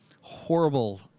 horrible